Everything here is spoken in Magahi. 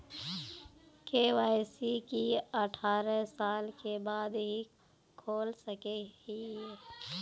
के.वाई.सी की अठारह साल के बाद ही खोल सके हिये?